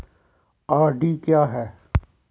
RD क्या है?